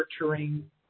nurturing